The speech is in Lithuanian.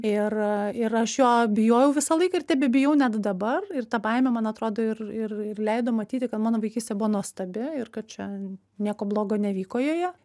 ir ir aš jo bijojau visą laiką ir tebebijau net dabar ir ta baimė man atrodo ir ir ir leido matyti kad mano vaikystė buvo nuostabi ir kad čia nieko blogo nevyko joje